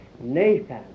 Nathan